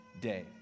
day